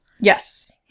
Yes